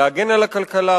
להגן על הכלכלה,